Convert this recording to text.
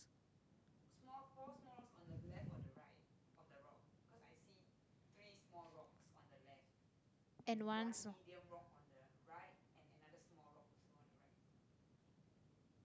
and one sma~